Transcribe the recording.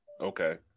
Okay